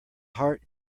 heart